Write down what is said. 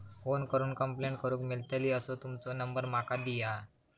Phone करून complaint करूक मेलतली असो तुमचो नंबर माका दिया?